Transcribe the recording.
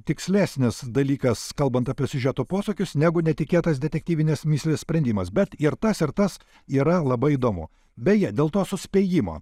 tikslesnis dalykas kalbant apie siužeto posūkius negu netikėtas detektyvinės mįslės sprendimas bet ir tas ir tas yra labai įdomu beje dėl to suspėjimo